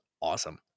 awesome